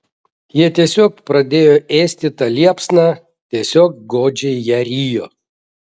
jie tiesiog pradėjo ėsti tą liepsną tiesiog godžiai ją rijo